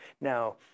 Now